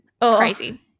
crazy